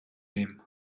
nehmen